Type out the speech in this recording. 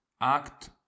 Act